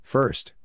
First